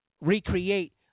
recreate